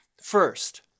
First